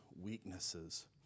weaknesses